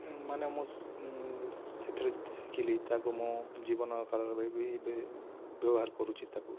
ମାନେ ମୁଁ ସେଥିରୁ ଶିଖିଲି ତାକୁ ମୁଁ ଜୀବନକାଳରେ ଏବେ ବ୍ୟବହାର କରୁଛି ତାକୁ